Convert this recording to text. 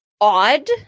Odd